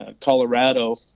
Colorado